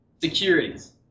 securities